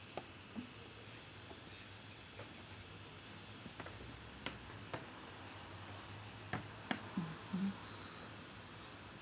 mmhmm